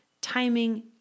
timing